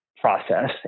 process